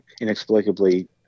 inexplicably